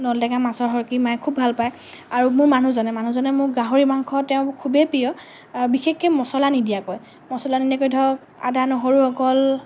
নল টেঙা মাছৰ সৈতে মায়ে খুব ভাল পায় আৰু মোৰ মানুহজনে মানুহজনে মোৰ গাহৰি মাংস তেওঁৰ খুবেই প্ৰিয় বিশেষকৈ মছলা নিদিয়াকৈ মছলা নিদিয়াকৈ ধৰক আদা নহৰু অকল